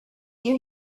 you